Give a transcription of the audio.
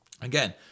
Again